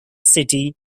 city